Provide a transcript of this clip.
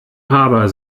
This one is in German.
harbor